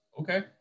okay